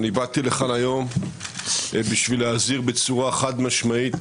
באתי לכאן היום בשביל להזהיר בצורה חד משמעית